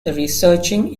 researching